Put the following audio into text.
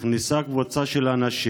של אנשים